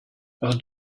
i’ll